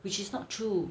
which is not true